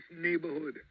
neighborhood